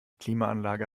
klimaanlage